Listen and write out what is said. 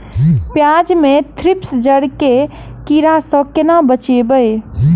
प्याज मे थ्रिप्स जड़ केँ कीड़ा सँ केना बचेबै?